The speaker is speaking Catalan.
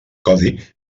codi